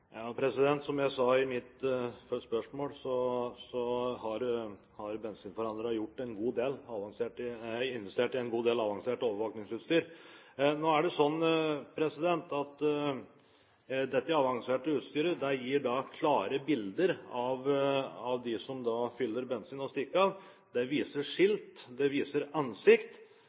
del, det er investert i en god del avansert overvåkingsutstyr. Nå er det sånn at dette avanserte utstyret gir klare bilder av dem som fyller bensin og stikker av – det viser skilt, det viser ansikt,